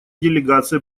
делегация